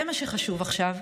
זה מה שחשוב עכשיו,